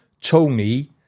Tony